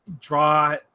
draw